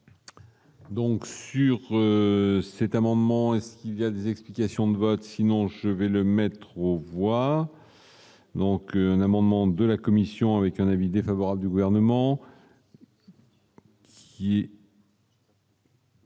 Donc sur cet amendement est-ce qu'il y a des explications de vote, sinon je vais le mettre au pouvoir. Donc un amendement de la commission avec un avis défavorable du gouvernement. Qui est.